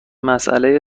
مسئله